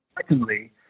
Secondly